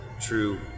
true